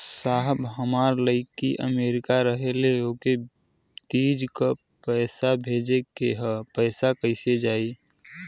साहब हमार लईकी अमेरिका रहेले ओके तीज क पैसा भेजे के ह पैसा कईसे जाई?